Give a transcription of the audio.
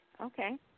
Okay